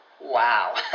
Wow